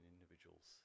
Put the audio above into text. individuals